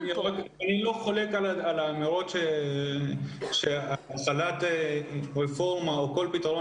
אני לא חולק על החלת רפורמה או כל פתרון